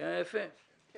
הוא